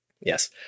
Yes